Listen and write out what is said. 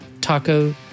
taco